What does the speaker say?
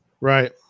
Right